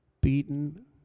beaten